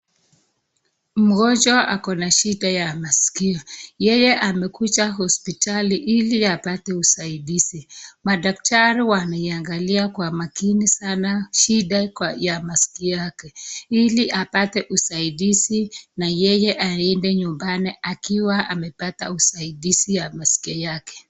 Mgonjwa Ako na shida ya maskio, yeye amekuja hospitali ili apate usaidizi, Madaktari wameiangalia kwa makini sana shida ya maskio yake, ili apate usaidizi na yeye aende nyumbani akiwa amepata usaidizi ya maskio yake.